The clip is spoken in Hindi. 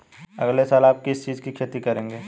अगले साल आप किस चीज की खेती करेंगे?